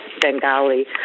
Bengali